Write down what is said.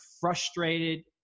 frustrated